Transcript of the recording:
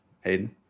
Hayden